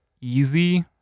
easy